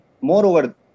moreover